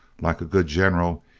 like a good general,